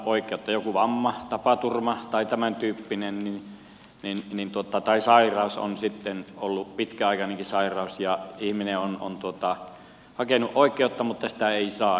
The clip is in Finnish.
on joku vamma tapaturma tai tämäntyyppinen tai sairaus on sitten ollut pitkäaikainenkin sairaus ja ihminen on hakenut oikeutta mutta sitä ei saa